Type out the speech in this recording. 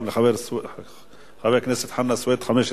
גם לחבר הכנסת חנא סוייד 15 דקות.